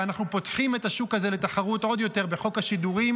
ואנחנו פותחים את השוק הזה לתחרות עוד יותר בחוק השידורים,